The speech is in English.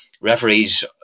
referees